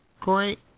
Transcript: great